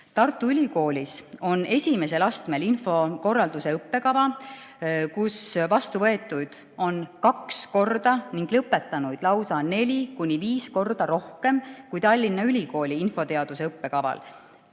Tartu Ülikoolis on esimesel astmel infokorralduse õppekava, kus vastuvõetuid on kaks korda ning lõpetanuid lausa neli kuni viis korda rohkem kui Tallinna Ülikooli infoteaduse õppekaval.